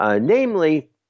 namely